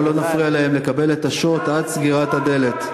בואו לא נפריע להם לקבל את ה-shot עד סגירת הדלת.